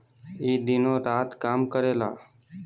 ई दिनो रात काम करेला